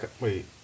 wait